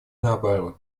наоборот